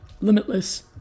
Limitless